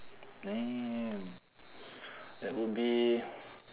damn that would be